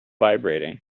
vibrating